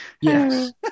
Yes